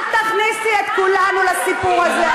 אל תכניסי את כולנו לסיפור הזה.